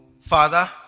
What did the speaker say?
Father